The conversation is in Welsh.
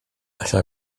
allai